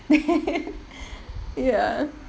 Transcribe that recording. ya